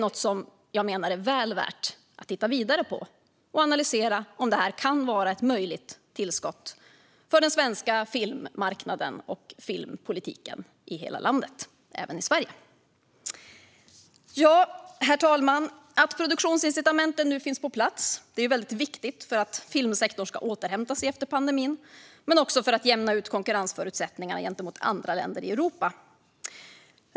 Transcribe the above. Jag menar att det är väl värt att titta vidare på detta och analysera om det kan vara ett tillskott till den svenska filmmarknaden och till filmpolitiken i hela landet. Herr talman! Att produktionsincitamenten nu finns på plats är väldigt viktigt för att filmsektorn ska återhämta sig efter pandemin och för att jämna ut konkurrensförutsättningarna gentemot andra länder i Europa.